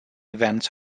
events